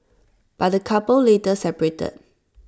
but the couple later separated